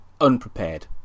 unprepared